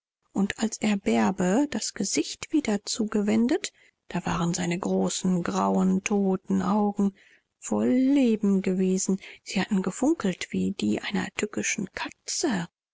und als er bärbe das gesicht wieder zugewendet da waren seine großen grauen toten augen voll leben gewesen sie hatten gefunkelt wie die einer tückischen katze